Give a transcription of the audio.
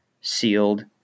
sealed